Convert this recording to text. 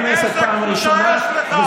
אלקין, איזה קבוצה יש לך, חוץ מהמשפחה הקטנה שלך?